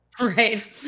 Right